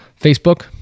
facebook